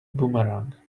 boomerang